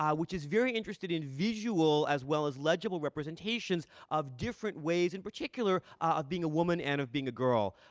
um which is very interested in visual as well as legible representations of different ways, in particular, of being a woman and of being a girl.